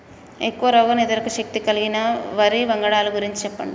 ఎక్కువ రోగనిరోధక శక్తి కలిగిన వరి వంగడాల గురించి చెప్పండి?